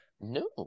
no